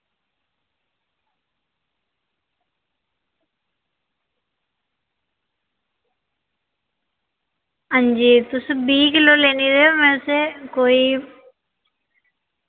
आं जी तुसें बीह् किलो लैनी ते में तुसें ई कोई